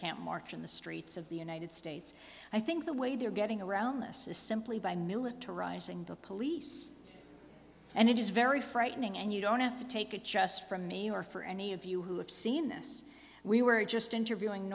can't march in the streets of the united states i think the way they're getting around this is simply by militarizing the police and it is very frightening and you don't have to take a chest from me or for any of you who have seen this we were just interviewing